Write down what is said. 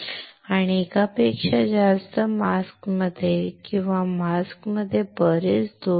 आणि एकापेक्षा जास्त मास्कमध्ये किंवा मास्कमध्ये बरेच दोष आहेत